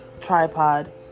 tripod